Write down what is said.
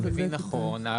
אם אני מבין נכון,